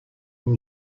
will